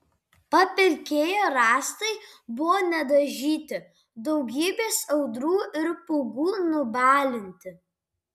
papilkėję rąstai buvo nedažyti daugybės audrų ir pūgų nubalinti